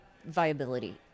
viability